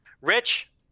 Rich